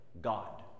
God